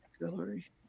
Gallery